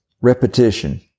repetition